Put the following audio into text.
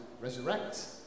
resurrect